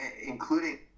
including